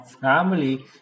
family